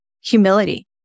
humility